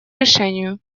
решению